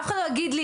אף אחד לא יגיד לי